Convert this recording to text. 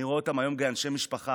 אני רואה אותם היום כאנשי משפחה.